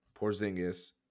Porzingis